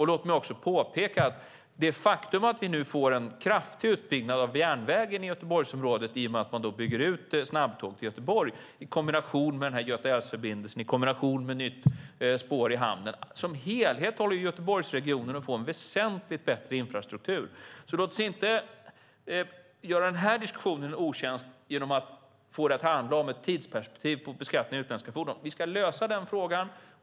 Låt mig också påpeka att det faktum att vi nu får en kraftig utbyggnad av järnvägen i Göteborgsområdet, i och med att vi bygger ut snabbtåget till Göteborg, i kombination med Götaälvförbindelsen och nytt spår i hamnen gör att Göteborgsregionen som helhet kommer att få en väsentligt bättre infrastruktur. Låt oss inte göra den här diskussionen en otjänst genom att få den att handla om ett tidsperspektiv på beskattning av utländska fordon. Vi ska lösa den frågan.